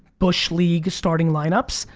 busch league starting line ups.